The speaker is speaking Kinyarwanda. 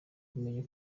kumenya